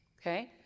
okay